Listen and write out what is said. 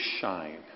shine